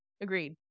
agreed